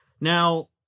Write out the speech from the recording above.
Now